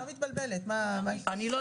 אני קוראת